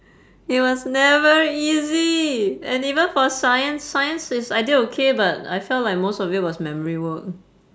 it was never easy and even for science science is I did okay but I felt like most of it was memory work